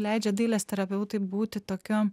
leidžia dailės terapeutui būti tokiu